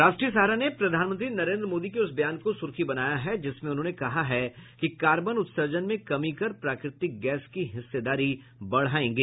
राष्ट्रीय सहारा ने प्रधानमंत्री नरेंद्र मोदी के उस बयान को सुर्खी बनाया है जिसमें उन्होंने कहा कि कार्बन उत्सर्जन में कमी कर प्राकृतिक गैस की हिस्सेदारी बढ़ायेंगे